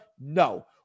No